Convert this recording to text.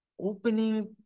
Opening